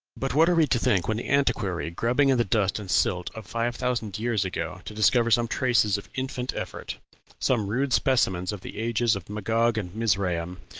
but what are we to think when the antiquary, grubbing in the dust and silt of five thousand years ago to discover some traces of infant effort some rude specimens of the ages of magog and mizraim,